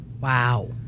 Wow